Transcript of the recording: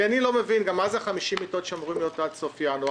אני לא מבין מה זה ה-50 מיטות שאמורות להיות עד סוף ינואר.